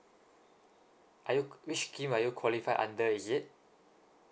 are you which scheme are you qualify under is it